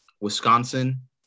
Wisconsin